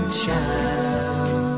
child